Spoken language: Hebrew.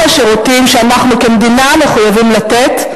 השירותים שאנחנו כמדינה מחויבים לתת,